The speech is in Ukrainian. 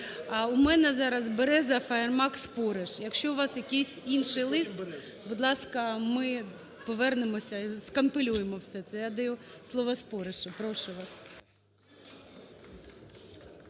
У мене зараз Береза, Фаєрмарк, Спориш. Якщо у вас якийсь інший лист, будь ласка, ми повернемось і скомпілюємо все це. Я даю слово Споришу. Прошу вас.